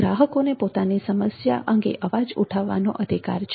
ગ્રાહકોને પોતાની સમસ્યા અંગે અવાજ ઉઠાવવાનો અધિકાર છે